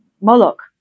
Moloch